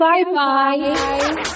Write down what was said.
Bye-bye